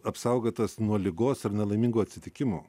apsaugotas nuo ligos ar nelaimingų atsitikimų